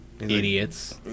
Idiots